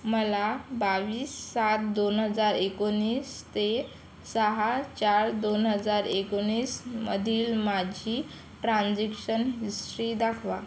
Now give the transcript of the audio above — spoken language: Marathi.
मला बावीस सात दोन हजार एकोणीस ते सहा चार दोन हजार एकोणीसमधील माझी ट्रान्झेक्शन हिस्ट्री दाखवा